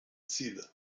ziele